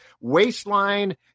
waistline